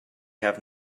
have